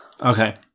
Okay